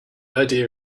idea